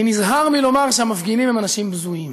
אני נזהר מלומר שהמפגינים הם אנשים בזויים.